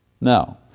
No